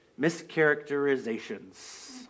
mischaracterizations